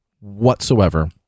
whatsoever